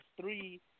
three –